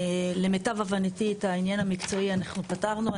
למיטב הבנית, את העניין המקצועי אנחנו פתרנו.